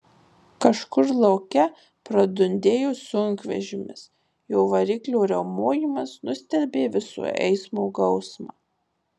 kažkur lauke pradundėjo sunkvežimis jo variklio riaumojimas nustelbė viso eismo gausmą